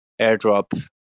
airdrop